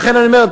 לכן אני אומר,